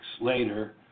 later